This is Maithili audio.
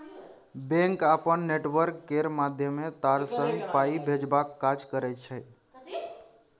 बैंक अपन नेटवर्क केर माध्यमे तार सँ पाइ भेजबाक काज करय छै